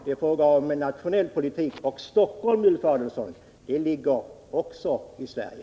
Det är fråga om en nationell politik, och Stockholm, Ulf Adelsohn, ligger också i Sverige.